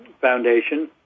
foundation